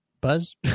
buzz